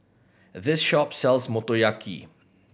this shop sells Motoyaki